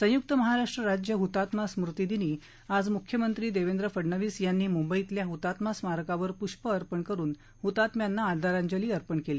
संयुक्त महाराष्ट्र राज्य हतात्मा स्मृति दिनी आज मुख्यमंत्री देवेंद्र फडणवीस यांनी मुंबईतल्या हतात्मा स्मारकावर पुष्प अर्पण करून हतात्म्यांना आदरांजली अर्पण केली